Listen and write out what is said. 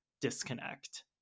disconnect